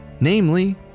namely